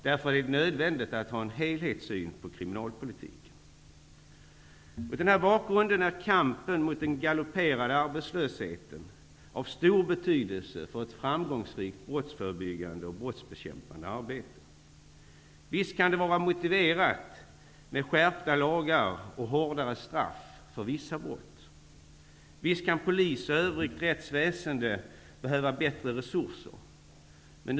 Därför är det nödvändigt att ha en helhetssyn på kriminalpolitik. Mot denna bakgrund är kampen mot den galopperande arbetslösheten av stor betydelse för ett framgångsrikt brottsförebyggande och brottsbekämpande arbete. Visst kan det vara motiverat med skärpta lagar och hårdare straff för vissa brott. Visst kan polis och övrigt rättsväsende behöva bättre resurser.